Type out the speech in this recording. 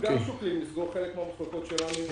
ושוקלים לסגור חלק מהמחלקות שלנו.